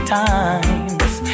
times